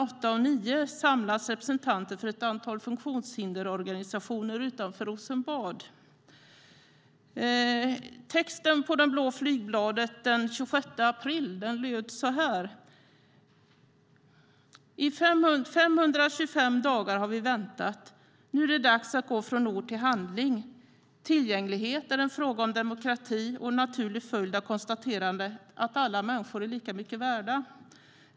8-9 samlas representanter för ett antal funktionshindersorganisationer utanför Rosenbad. Texten på det blå flygbladet den 26 april löd så här: "525 dagar har vi väntat. Nu är det dags att gå från ord till handling. Tillgänglighet är en fråga om demokrati och en naturlig följd av konstaterandet att alla människor är lika mycket värda."